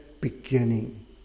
beginning